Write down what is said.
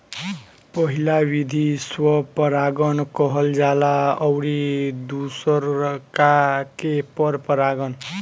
पहिला विधि स्व परागण कहल जाला अउरी दुसरका के पर परागण